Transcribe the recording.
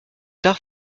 tard